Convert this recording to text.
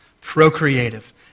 procreative